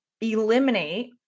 eliminate